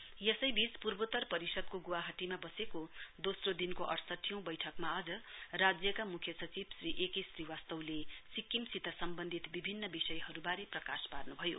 chief secretary यसैवीच पूर्वोतर परिषदको ग्वाहाटीमा बसेको दोस्रो दिनको अइसठीऔं बैठकमा आज राज्यका म्ख्य सचिव श्री एके श्रीवास्तवले सिक्किमसित सम्बन्धित विभिन्न विषयहरूबारे प्रकाश पार्नुभयो